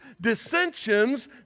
dissensions